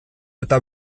eta